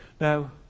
Now